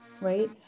right